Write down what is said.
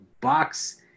box